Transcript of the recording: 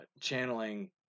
channeling